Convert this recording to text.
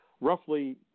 Roughly